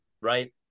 right